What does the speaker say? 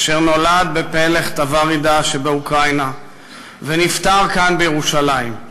אשר נולד בפלך טאברידה שבאוקראינה ונפטר כאן בירושלים.